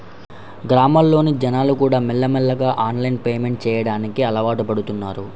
గ్రామాల్లోని జనాలుకూడా మెల్లమెల్లగా ఆన్లైన్ పేమెంట్ చెయ్యడానికి అలవాటుపడుతన్నారు